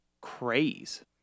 craze